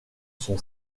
son